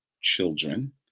children